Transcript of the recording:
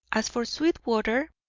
as for sweetwater,